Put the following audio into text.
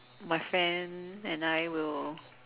my friend and I will